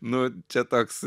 nu čia toks